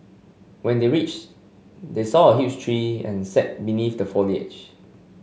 when they reached they saw a huge tree and sat beneath the foliage